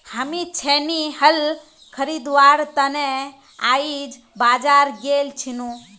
हामी छेनी हल खरीदवार त न आइज बाजार गेल छिनु